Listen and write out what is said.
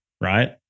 right